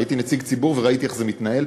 הייתי נציג הציבור וראיתי איך זה מתנהל.